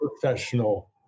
professional